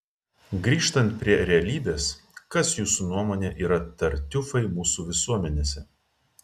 grįžtant prie realybės kas jūsų nuomone yra tartiufai mūsų visuomenėse